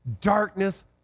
darkness